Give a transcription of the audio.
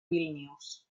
vílnius